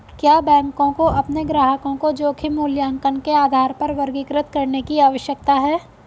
क्या बैंकों को अपने ग्राहकों को जोखिम मूल्यांकन के आधार पर वर्गीकृत करने की आवश्यकता है?